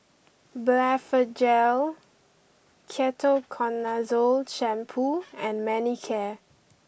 Blephagel Ketoconazole shampoo and Manicare